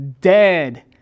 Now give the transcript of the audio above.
dead